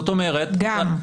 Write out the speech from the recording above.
גם.